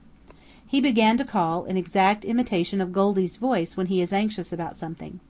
he began to call in exact imitation of goldy's voice when he is anxious about something.